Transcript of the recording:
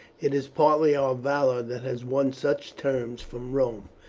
it is partly our valour that has won such terms from rome.